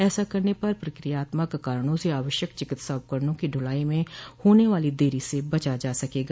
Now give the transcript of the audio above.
ऐसा करने पर प्रक्रियात्मक कारणों से आवश्यक चिकित्सा उपकरणों की ढुलाई में होने वाली देरी से बचा जा सकेगा